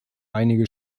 einige